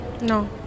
No